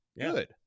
Good